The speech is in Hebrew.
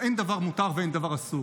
-- אין דבר מותר ואין דבר אסור.